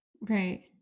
Right